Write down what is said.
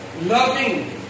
loving